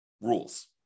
rules